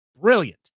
brilliant